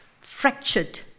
fractured